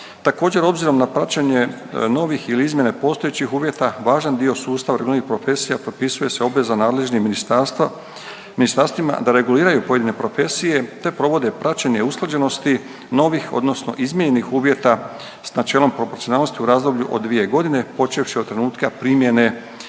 Također, obzirom na praćenje novih ili izmjene postojećih uvjeta važan dio sustava reguliranih profesija propisuje se obveza nadležnim ministarstva, ministarstvima da reguliraju pojedine profesije te provede praćenje usklađenosti novih odnosno izmijenjenih uvjeta s načelom proporcionalnosti u razdoblju od 2 godine počevši od trenutka primjene novih